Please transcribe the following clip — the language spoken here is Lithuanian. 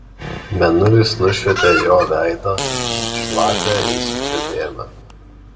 mėnulis nušvietė jo veidą šlapią įsiūčio dėmę